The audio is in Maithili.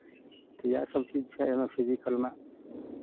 तऽ इएह सभ चीज छै एहिमे फिजिकलमे